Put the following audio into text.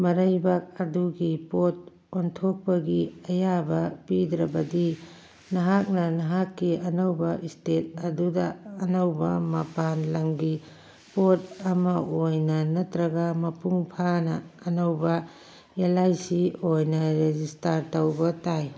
ꯃꯔꯩꯕꯥꯛ ꯑꯗꯨꯒꯤ ꯄꯣꯠ ꯑꯣꯟꯊꯣꯛꯄꯒꯤ ꯑꯌꯥꯕ ꯄꯤꯗ꯭ꯔꯕꯗꯤ ꯅꯍꯥꯛꯅ ꯅꯍꯥꯛꯀꯤ ꯑꯅꯧꯕ ꯏꯁꯇꯦꯠ ꯑꯗꯨꯗ ꯑꯅꯧꯕ ꯃꯄꯥꯟ ꯂꯝꯒꯤ ꯄꯣꯠ ꯑꯃ ꯑꯣꯏꯅ ꯅꯠꯇ꯭ꯔꯒ ꯃꯄꯨꯡ ꯐꯥꯅ ꯑꯅꯧꯕ ꯑꯦꯜ ꯑꯥꯏ ꯁꯤ ꯑꯣꯏꯅ ꯔꯦꯖꯤꯁꯇꯥꯔ ꯇꯧꯕ ꯇꯥꯏ